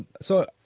so,